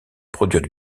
produire